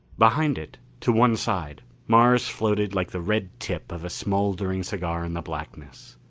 behind it, to one side, mars floated like the red tip of a smoldering cigar in the blackness.